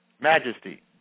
majesty